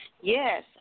Yes